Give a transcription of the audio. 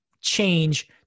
change